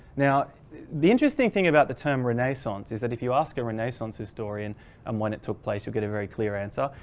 now the interesting thing about the term renaissance is that if you ask a renaissance historian and when it took place you'll get a very clear answer.